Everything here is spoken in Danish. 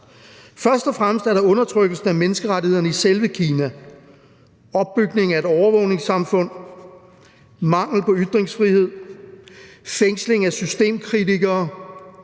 Først og fremmest er der undertrykkelsen af menneskerettighederne i selve Kina, opbygningen af et overvågningssamfund, mangel på ytringsfrihed, fængsling af systemkritikere,